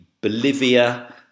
Bolivia